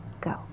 go